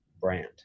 brand